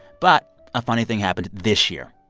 but a funny thing happened this year.